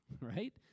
right